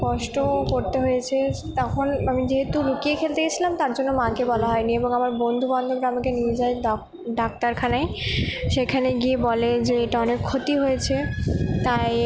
কষ্টও করতে হয়েছে তখন আমি যেহেতু লুকিয়ে খেলতে গেছিলাম তার জন্য মাকে বলা হয় নি এবং আমার বন্ধু বান্ধবরা আমাকে নিয়ে যায় ডাক্তারখানায় সেখানে গিয়ে বলে যে এটা অনেক ক্ষতি হয়েছে তাই